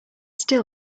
still